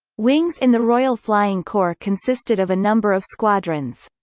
wings in the royal flying corps consisted of a number of squadrons.